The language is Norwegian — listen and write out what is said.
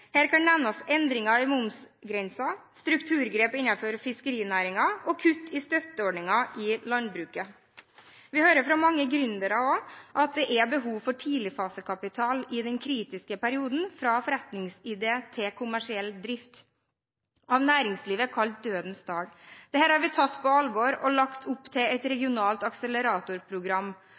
Her kan nevnes endringer i momsgrensen, strukturgrep innenfor fiskerinæringen og kutt i støtteordningen i landbruket. Vi hører fra mange gründere også at det er behov for tidligfasekapital i den kritiske perioden fra forretningsidé til kommersiell drift, av næringslivet kalt «dødens dal». Dette har vi tatt på alvor, og lagt opp til et regionalt akseleratorprogram.